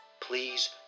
Please